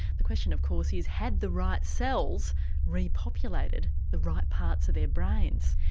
the question of course is had the right cells repopulated the right parts of their brains.